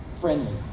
friendly